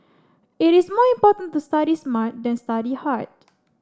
it is more important to study smart than study hard